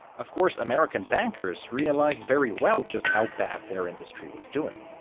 of course, american bankers realized very well just how bad their industry was doing.